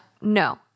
No